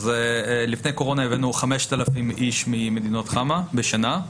אז לפני הקורונה הבאנו 5,000 איש ממדינות חמ"ע בשנה,